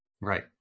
right